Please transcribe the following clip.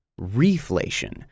reflation